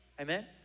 Amen